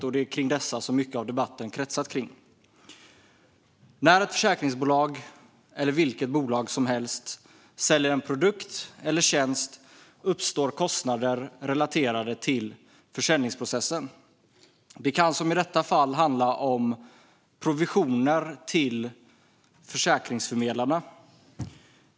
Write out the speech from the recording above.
Det är också kring dessa som mycket av debatten har kretsat. När ett försäkringsbolag eller vilket bolag som helst säljer en produkt eller tjänst uppstår kostnader relaterade till försäljningsprocessen. Det kan som i detta fall handla om provisioner till försäkringsförmedlarna.